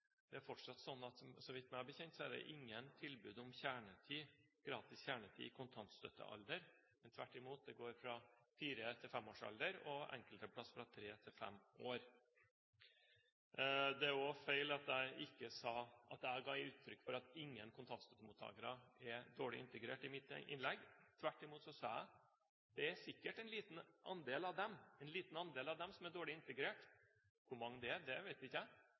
kjernetid at fortsatt er det, meg bekjent, ingen tilbud om gratis kjernetid i kontantstøttealder. Tvert imot, det gjelder barn i fire–femårsalder og enkelte steder barn i alderen tre til fem år. Det er også feil at jeg i mitt innlegg ga uttrykk for at ingen kontantstøttemottakere er dårlig integrert. Tvert imot sa jeg at det sikkert er en liten andel av dem som er dårlig integrert. Hvor mange det er, vet jeg ikke, men det er andre tiltak som må til. Nettopp derfor stilte jeg